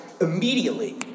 Immediately